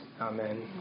Amen